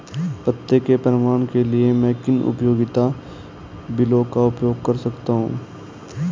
पते के प्रमाण के लिए मैं किन उपयोगिता बिलों का उपयोग कर सकता हूँ?